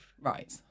Right